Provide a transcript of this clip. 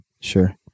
Sure